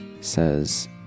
says